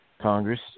congress